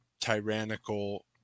tyrannical